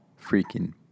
freaking